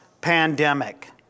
pandemic